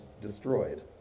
destroyed